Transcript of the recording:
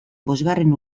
bosgarren